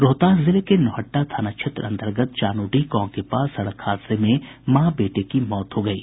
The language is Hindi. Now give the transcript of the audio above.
रोहतास जिले के नौहट्टा थाना क्षेत्र अंतर्गत चानोडीह गांव के पास सड़क हादसे में मां बेटे की मौत हो गयी